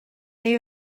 neu